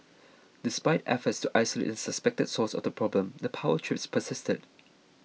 despite efforts to isolate the suspected source of the problem the power trips persisted